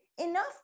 enough